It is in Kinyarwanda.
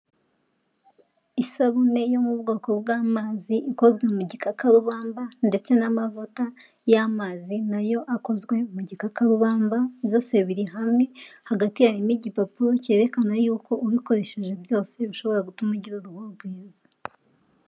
Isabune yo mu bwoko bw'amazi, ikozwe mu gikakarubamba, ndetse n'amavuta y'amazi nayo akozwe mu gikakarubamba, zose biri hamwe, hagati harimo igipapuro cyerekana yuko ubikoresheje byose bishobora gutuma ugira uruhu rwiza.